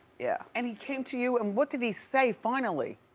yeah. and he came to you and what did he say, finally?